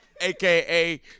AKA